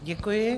Děkuji.